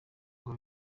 ngo